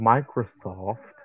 Microsoft